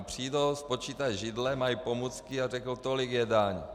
Přijdou, spočítají židle, mají pomůcky a řeknou: Tolik je daň.